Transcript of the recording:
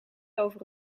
over